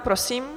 Prosím.